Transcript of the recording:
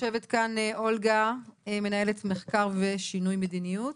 יושבת כאן אולגה, מנהלת מחקר ושינוי מדיניות.